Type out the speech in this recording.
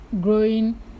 growing